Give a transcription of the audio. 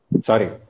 Sorry